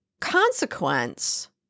consequence